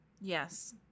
Yes